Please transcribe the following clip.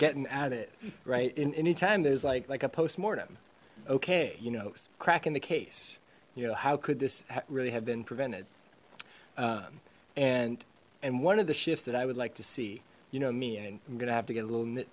getting at it right in any time there's like like a post mortem okay you know cracking the case you know how could this really have been prevented and and one of the shifts that i would like to see you know me and i'm gonna have to get a little nit